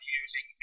using